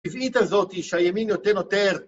טבעית הזאת היא שהימין נותן יותר.